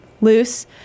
loose